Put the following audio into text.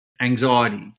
anxiety